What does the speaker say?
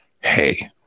Hey